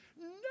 no